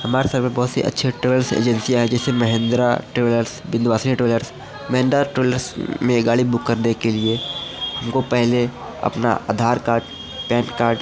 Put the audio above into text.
हमारे शहर में बहुत से अच्छे ट्रेवल्स एजेंसिया है जैसे Mahendra travels Vindhyavasini travellers Mahendra travellers में गाड़ी बुक करने के लिए हमको पहले अपना आधार कार्ड पैन कार्ड